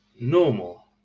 normal